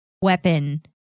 weapon